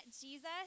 Jesus